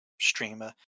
streamer